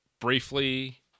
briefly